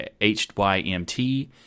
HYMT